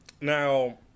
Now